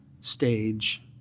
stage